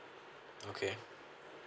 okay